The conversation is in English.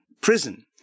prison